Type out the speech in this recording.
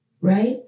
right